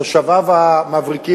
תושביו המבריקים,